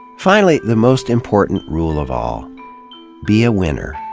finally, the most important rule of all be a winner.